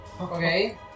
okay